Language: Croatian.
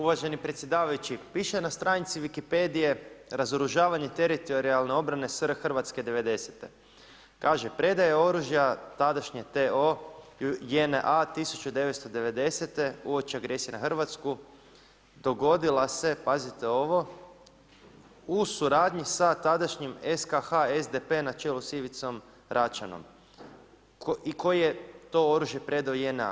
Uvaženi predsjedavajući, piše na stranici Wikipedije: „Razoružavanje teritorijalne obrane SR Hrvatske 90.“ Kaže: „Predaja oružja tadašnje TO JNA 1990. uoči agresije na Hrvatsku dogodila se“ – pazite ovo – „u suradnji sa tadašnjim SKH SDP-e na čelu sa Ivicom Račanom i koji je to oružje predao JNA.